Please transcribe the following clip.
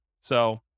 So-